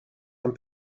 and